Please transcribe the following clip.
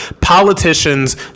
Politicians